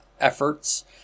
efforts